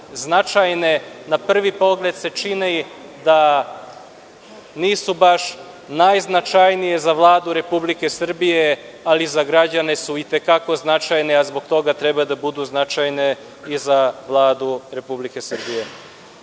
značajni. Na prvi pogled se čini da nisu baš najznačajniji, za Vladu Republike Srbije, ali za građane su i te kako značajne, a zbog toga treba da budu značajne i za Vladu Republike Srbije. Na